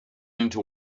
into